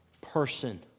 person